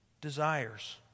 desires